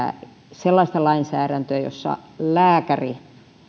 sellaista lainsäädäntöä jossa lääkäri